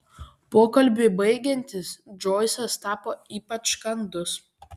pokalbiui baigiantis džoisas tapo ypač kandus